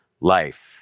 life